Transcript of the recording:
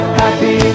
happy